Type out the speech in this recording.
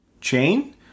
Chain